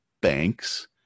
banks